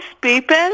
people